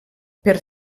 per